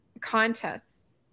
contests